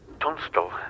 Tunstall